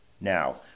Now